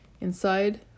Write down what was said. Inside